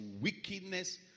wickedness